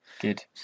Good